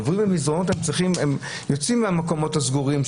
הם יוצאים מהמקומות הסגורים,